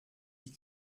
die